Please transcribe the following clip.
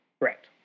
Correct